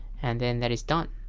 and then that is done.